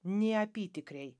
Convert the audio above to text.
nė apytikriai